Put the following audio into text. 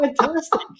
fantastic